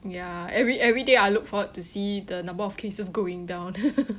ya every every day I look forward to see the number of cases going down